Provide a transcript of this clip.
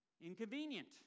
inconvenient